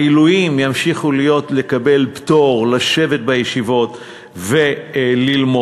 העילויים ימשיכו לקבל פטור, לשבת בישיבות וללמוד,